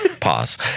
Pause